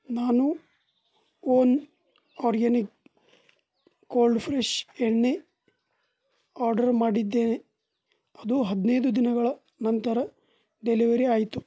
ನಾನು one organic cold fresh ಎಣ್ಣೆ order ಮಾಡಿದ್ದೇನೆ ಅದು ಹದ್ನೈದು ದಿನಗಳ ನಂತರ ಡೆಲಿವರಿ ಆಯಿತು